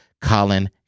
Colin